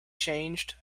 changed